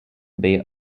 bay